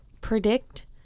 predict